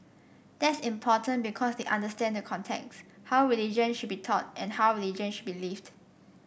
that's important because they understand the contexts how religion should be taught and how religion should be lived